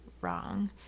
wrong